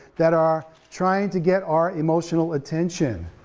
that are trying to get our emotional attention,